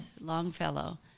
Longfellow